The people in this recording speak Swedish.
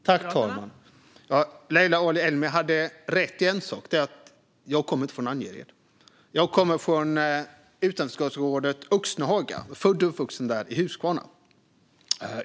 Fru talman! Leila Ali-Elmi har rätt i en sak, och det är att jag inte kommer från Angered. Jag kommer från utanförskapsområdet Öxnehaga - jag är född och uppvuxen där - i Huskvarna.